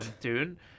Dune